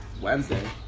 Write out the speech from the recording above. Wednesday